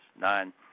Nine